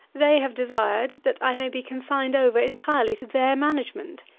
they have desired, that i may be consigned over entirely to their management.